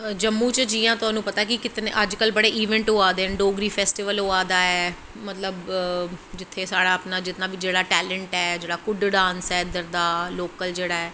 जम्मू च तुसेंगी पता ऐ कि अज्ज कल बड़े इंवैंट होआ दे न डोगरी फैस्टिवल होआ दा ऐ मतलव जिन्ना बी साढ़ा अपनां टैलेंट ऐ कुड डांस ऐ इद्धर दा लोकल